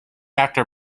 after